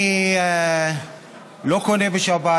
אני לא קונה בשבת,